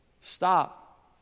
Stop